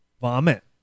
Vomit